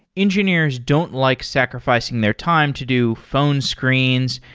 engineers don't like sacrificing their time to do phone screens,